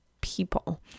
people